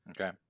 Okay